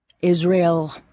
Israel